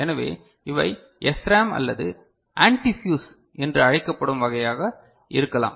எனவே இவை SRAM அல்லது ஆன்டிஃபியூஸ் என்று அழைக்கப்படும் வகையாக இருக்கலாம்